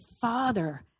father